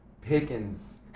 Pickens